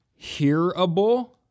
hearable